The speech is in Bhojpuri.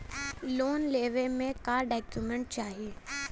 लोन लेवे मे का डॉक्यूमेंट चाही?